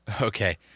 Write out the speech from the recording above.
Okay